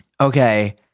okay